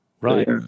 Right